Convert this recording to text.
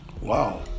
Wow